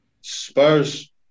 Spurs